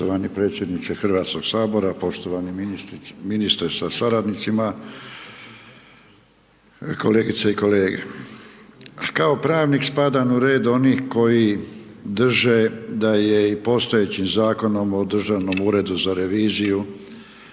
Poštovani predsjedniče HS-a, poštovani ministre sa suradnicima, kolegice i kolege. Kao pravnik spadam u red onih koji drže da je i postojeći Zakonom o Državnom uredu za reviziju